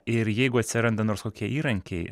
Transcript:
ir jeigu atsiranda nors kokie įrankiai